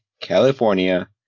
California